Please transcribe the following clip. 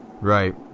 Right